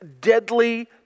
deadly